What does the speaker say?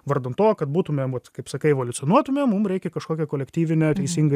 vardan to kad būtumėm vat kaip sakai evoliucionuotumėm mum reikia į kažkokią kolektyvinę teisingą